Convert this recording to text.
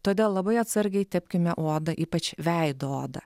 todėl labai atsargiai tepkime odą ypač veido odą